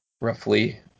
roughly